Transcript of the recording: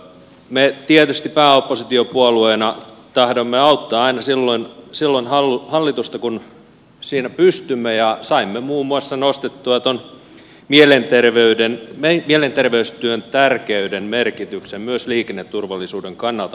me tietysti pääoppositiopuolueena tahdomme auttaa hallitusta aina silloin kun siihen pystymme ja saimme nostettua muun muassa tuon mielenterveystyön tärkeyden merkityksen myös liikenneturvallisuuden kannalta mietintöön